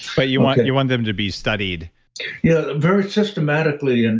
but you want you want them to be studied yeah, very systematically. and